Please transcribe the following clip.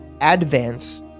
advance